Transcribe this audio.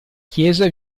chiesa